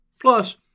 Plus